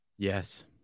Yes